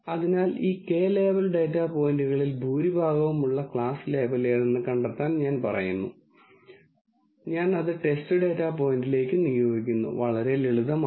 അതിനാൽ ഈ K label data പോയിന്റുകളിൽ ഭൂരിഭാഗവും ഉള്ള ക്ലാസ് ലേബൽ ഏതെന്ന് കണ്ടെത്താൻ ഇത് പറയുന്നു ഞാൻ അത് ടെസ്റ്റ് ഡാറ്റ പോയിന്റിലേക്ക് നിയോഗിക്കുന്നു വളരെ ലളിതമാണ്